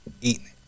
Eating